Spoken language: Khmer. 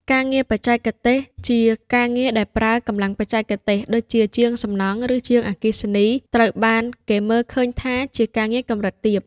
ការងារបច្ចេកទេសជា ការងារដែលប្រើកម្លាំងបច្ចេកទេស ដូចជាជាងសំណង់ ឬជាងអគ្គិសនី ត្រូវបានគេមើលឃើញថាជាការងារកម្រិតទាប។